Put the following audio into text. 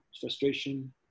frustration